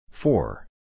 Four